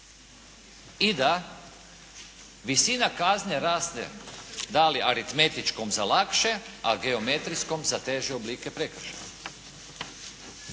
i da visina kazne raste da li aritmetičkom za lakše, a geometrijskom za teže oblike prekršaja.